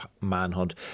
manhunt